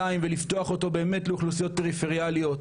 ולפתוח אותו באמת לאוכלוסיות פריפריאליות,